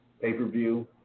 pay-per-view